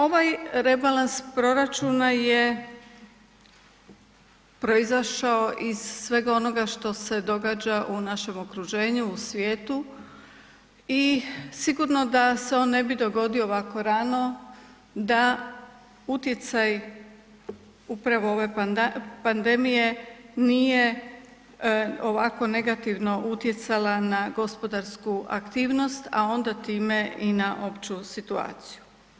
Ovaj rebalans proračuna je proizašao iz svega onoga što se događa u našem okruženju u svijetu i sigurno da se on ne bi dogodio ovako rano da utjecaj upravo ove pandemije nije ovako negativno utjecala na gospodarsku aktivnost, a onda time i na opću situaciju.